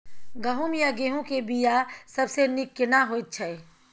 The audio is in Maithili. गहूम या गेहूं के बिया सबसे नीक केना होयत छै?